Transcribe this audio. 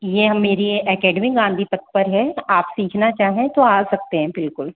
ये मेरी एकेडमी गांधी पथ पर है आप सीखना चाहें तो आ सकते हैं बिल्कुल